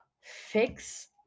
fix